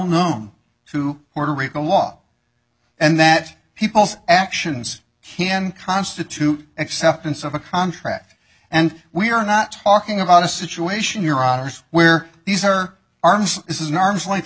known to puerto rico law and that people's actions can constitute acceptance of a contract and we are not talking about a situation here ours where these are arms is an arm's length